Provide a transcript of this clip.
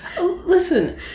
Listen